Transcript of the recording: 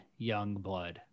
Youngblood